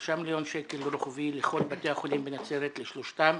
5 מיליון שקלים לכל בתי החולים בנצרת, לשלושתם,